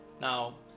Now